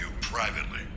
privately